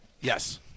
Yes